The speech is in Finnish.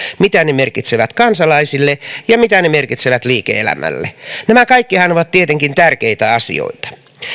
mitä ne merkitsevät kansalaisille ja mitä ne merkitsevät liike elämälle nämä kaikkihan ovat tietenkin tärkeitä asioita